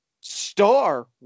Star